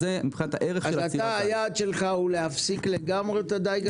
אז היעד שלך הוא להפסיק לגמרי את הדיג?